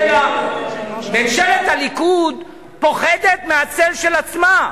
ממשלת הליכוד פוחדת מהצל של עצמה.